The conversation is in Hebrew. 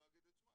לא אגיד את שמה,